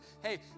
hey